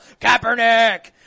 Kaepernick